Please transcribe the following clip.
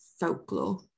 folklore